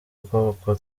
bwonko